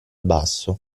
basso